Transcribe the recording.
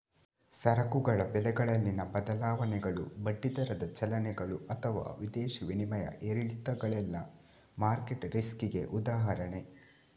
ಸರಕುಗಳ ಬೆಲೆಗಳಲ್ಲಿನ ಬದಲಾವಣೆಗಳು, ಬಡ್ಡಿ ದರದ ಚಲನೆಗಳು ಅಥವಾ ವಿದೇಶಿ ವಿನಿಮಯ ಏರಿಳಿತಗಳೆಲ್ಲ ಮಾರ್ಕೆಟ್ ರಿಸ್ಕಿಗೆ ಉದಾಹರಣೆ